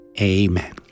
Amen